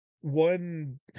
one